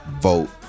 vote